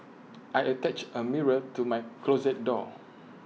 I attached A mirror to my closet door